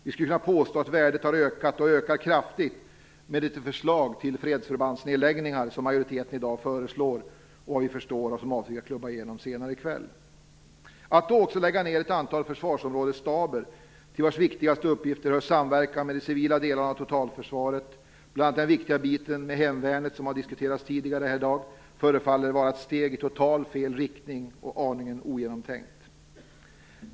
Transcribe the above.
Vi skulle kunna påstå att värdet har ökat och ökar kraftigt med det förslag om fredsförbandsnedläggningar som majoriteten i dag föreslår och som man vad jag förstår avser att klubba igenom senare i kväll. Att då också lägga ned ett antal försvarsområdesstaber, till vars viktigaste uppgifter hör samverkan med de civila delarna av totalförsvaret, bl.a. den viktiga biten med hemvärnet, som har diskuterats tidigare i dag, förefaller vara ett steg i totalt fel riktning och aningen ogenomtänkt.